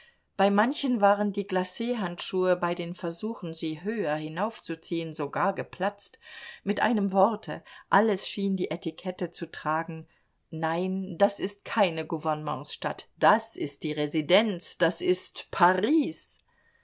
bei manchen waren die glachandschuhe bei den versuchen sie höher hinaufzuziehen sogar geplatzt mit einem worte alles schien die etikette zu tragen nein das ist keine gouvernementsstadt das ist die residenz das ist paris